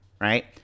right